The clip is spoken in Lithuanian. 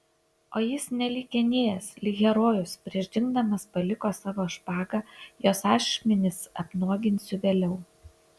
o jis nelyg enėjas lyg herojus prieš dingdamas paliko savo špagą jos ašmenis apnuoginsiu vėliau